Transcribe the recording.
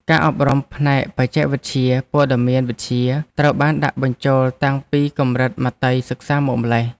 ការអប់រំផ្នែកបច្ចេកវិទ្យាព័ត៌មានវិទ្យាត្រូវបានដាក់បញ្ចូលតាំងពីកម្រិតមត្តេយ្យសិក្សាមកម្ល៉េះ។